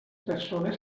persones